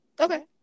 Okay